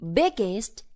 biggest